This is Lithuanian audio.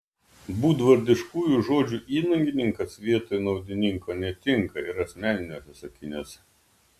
būdvardiškųjų žodžių įnagininkas vietoj naudininko netinka ir asmeniniuose sakiniuose